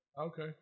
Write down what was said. okay